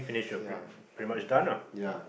ya ya